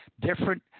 different